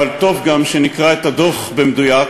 אבל טוב גם שנקרא את הדוח במדויק,